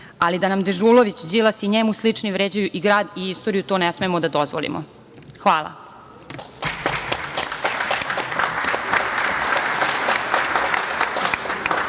ali da nam Dežulović, Đilas i njemu slični vređaju i grad i istoriju to ne smemo da dozvolimo. Hvala.